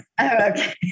okay